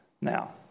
now